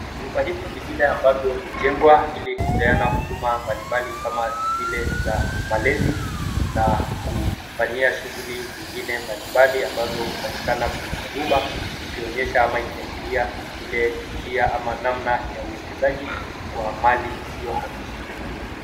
Vyumba hivi ni vile ambavyo hujengwa ili kupeana huduma mbalimbali kama zile za malezi na kufanyia shughuli zingine mbalimbali ambazo hupatikana kwenye manyumba ikionyesha ama ikiashiria ile njia ama namna ya uwekezaji kwa mali isiyohamishika.